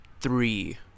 three